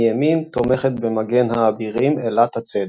מימין תומכת במגן האבירים אלת הצדק,